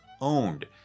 owned